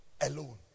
alone